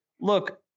look